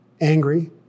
angry